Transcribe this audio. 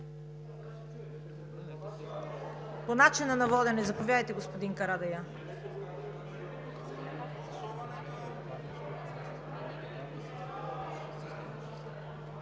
По начина на водене – заповядайте, господин Карадайъ.